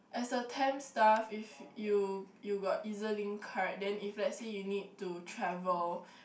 as a temp staff if you you got Ez-link card then if let's say you need to travel